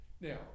now